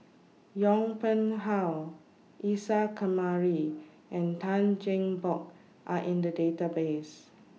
Yong Pung How Isa Kamari and Tan Cheng Bock Are in The Database